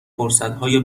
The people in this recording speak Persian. فرصتهای